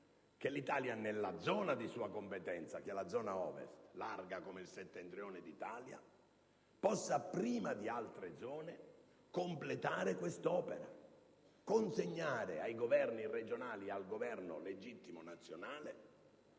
che l'Italia nella zona di sua competenza - la zona Ovest, larga come il Settentrione d'Italia - possa prima che in altre zone completare quest'opera, consegnare ai Governi regionali e al Governo legittimo nazionale